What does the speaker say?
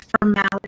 formality